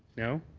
no,